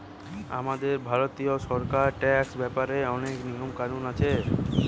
আমাদের ভারতীয় সরকারের ট্যাক্স ব্যাপারে অনেক নিয়ম কানুন আছে